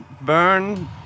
Burn